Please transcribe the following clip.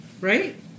right